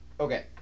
Okay